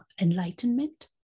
enlightenment